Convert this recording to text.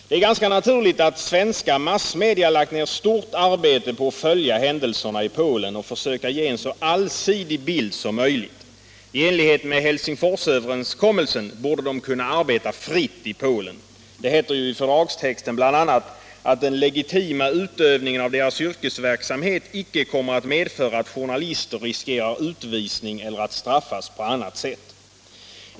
Det är ganska naturligt att svenska massmedia lagt ned stort arbete på att följa händelserna i Polen och försöka ge en så allsidig bild som möjligt. I enlighet med Helsingforsöverenskommelsen borde de kunna arbeta fritt i Polen — det heter ju i fördragstexten bl.a. att ”den legitima utövningen av deras yrkesverksamhet icke kommer att medföra att journalister riskerar utvisning eller att straffas på annat sätt”.